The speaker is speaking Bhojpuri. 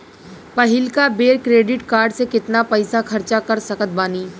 पहिलका बेर क्रेडिट कार्ड से केतना पईसा खर्चा कर सकत बानी?